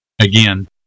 Again